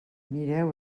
mireu